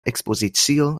ekspozicio